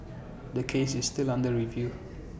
the case is still under review